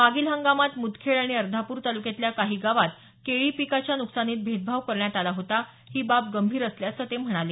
मागील हंगामात मुदखेड आणि अर्धापूर तालुक्यातल्या काही गावात केळी पिकाच्या नुकसानीत भेदभाव करण्यात आला होता ही बाब गंभीर असल्याचं ते म्हणाले